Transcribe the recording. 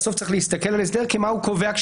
בסוף צריך להסתכל על הסדר כמה הוא קובע כשלעצמו.